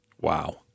Wow